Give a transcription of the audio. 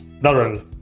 Darrell